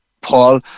Paul